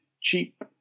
cheap